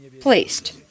placed